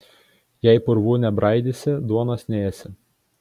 jei purvų nebraidysi duonos neėsi